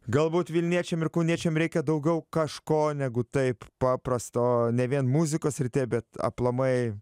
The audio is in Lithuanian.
galbūt vilniečiam ir kauniečiam reikia daugiau kažko negu taip paprasto ne vien muzikos srityje bet aplamai